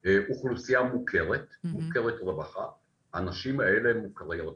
השגחה, האנשים האלה הם מוכרי רווחה.